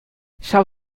ҫав